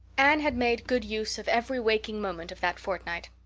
anne had made good use of every waking moment of that fortnight.